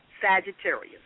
Sagittarius